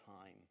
time